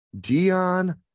Dion